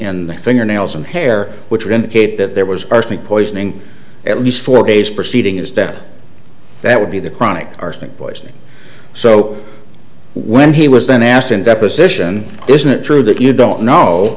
their fingernails and hair which would indicate that there was arsenic poisoning at least four days preceding is that that would be the chronic arsenic poisoning so when he was then asked in deposition isn't it true that you don't know